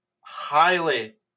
highly